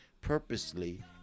purposely